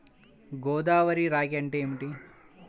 గోదావరి రాగి అంటే ఏమిటి?